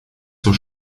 zur